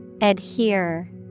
Adhere